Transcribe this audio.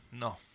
No